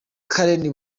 karen